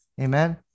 Amen